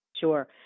Sure